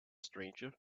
stranger